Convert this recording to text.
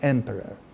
Emperor